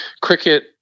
cricket